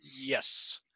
yes